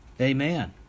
Amen